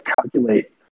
calculate